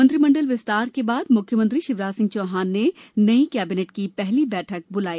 मंत्रिमंडल विस्तार के बाद मुख्यमंत्री शिवराज सिंह चौहान ने नई कैबिनेट की पहली बैठक बुलाई